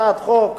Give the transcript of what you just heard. הצעת חוק,